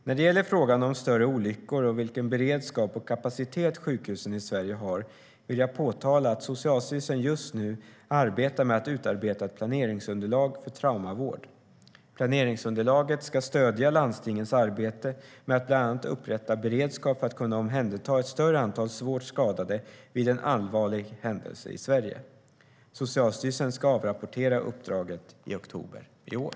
När det gäller frågan om större olyckor och vilken beredskap och kapacitet sjukhusen i Sverige har vill jag framhålla att Socialstyrelsen just nu arbetar med att utarbeta ett planeringsunderlag för traumavård. Planeringsunderlaget ska stödja landstingens arbete med att bland annat upprätta beredskap för att kunna omhänderta ett större antal svårt skadade vid en allvarlig händelse i Sverige. Socialstyrelsen ska avrapportera uppdraget i oktober i år.